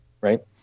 Right